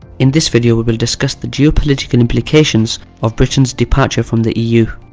in this video we will discuss the geopolitical implications of britain's departure from the eu.